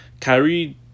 Kyrie